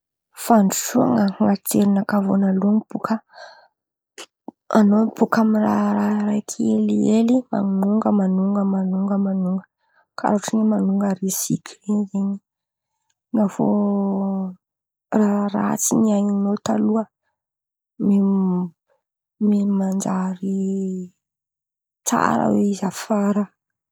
Fandrosoan̈a an̈aty jerinakà vônaloan̈y bôka, an̈ao bôka amy raha raiky helihely man̈onga man̈onga man̈onga man̈onga karàha ohatra man̈onga riziky in̈y zen̈y. Na avy eo raha ratsy niain̈anao taloha mia-miamanjary tsara izy afara.